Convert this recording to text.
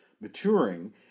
maturing